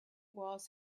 was